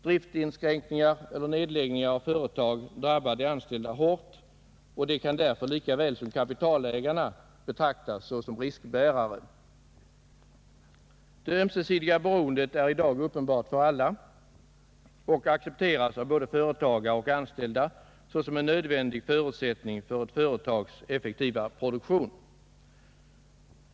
Driftinskränkningar eller nedläggning av företag drabbar de anställda hårt. De kan därför lika väl som kapitalägarna betraktas som riskbärare. Det ömsesidiga beroendet är i dag uppenbart för alla och accepteras av både företagare och anställda såsom en nödvändig förutsättning för ett företags effektiva produktion.